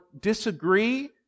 disagree